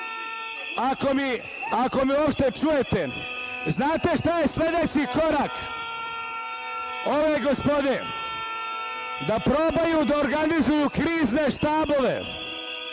ako me uopšte čujete, znate li šta je sledeći korak ove gospode? Da probaju da organizuju krizne štabove.